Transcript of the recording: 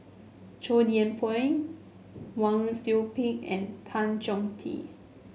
Chow Yian Ping Wang Sui Pick and Tan Chong Tee